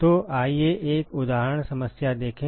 तो आइए एक उदाहरण समस्या देखें